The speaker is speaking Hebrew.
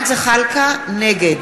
נגד